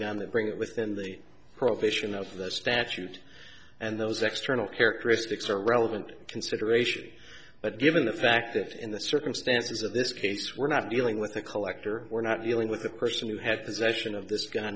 that bring it within the prohibition of the statute and those external characteristics are relevant consideration but given the fact that in the circumstances of this case we're not dealing with a collector we're not dealing with a person who had possession of this gu